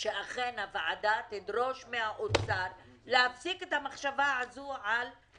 שאכן הוועדה תדרוש מהאוצר להפסיק את המחשבה הזו על להוריד בסבסוד.